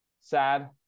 sad